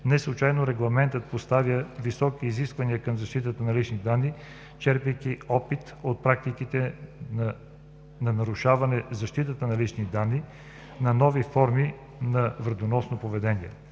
Неслучайно Регламентът поставя високи изисквания към защитата на личните данни, черпейки опит от практиките на нарушаване защитата на личните данни, на нови форми на вредоносно поведение.